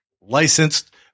licensed